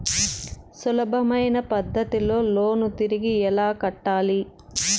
సులభమైన పద్ధతిలో లోను తిరిగి ఎలా కట్టాలి